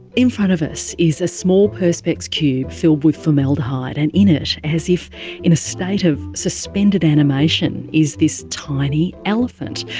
in front of us is a small perspex cube filled with formaldehyde, and in it, as if in a state of suspended animation is this tiny elephant.